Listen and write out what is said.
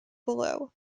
below